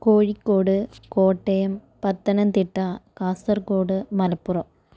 Kozhikode Kottayam Pathanamthitta Kasaragod Malappuram